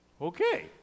Okay